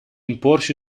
imporsi